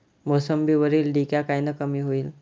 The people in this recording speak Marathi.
मोसंबीवरील डिक्या कायनं कमी होईल?